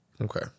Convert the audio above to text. Okay